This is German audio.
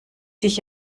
sich